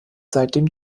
seitdem